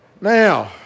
Now